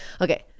okay